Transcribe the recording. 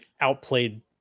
outplayed